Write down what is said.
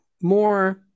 more